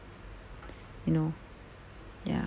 you know ya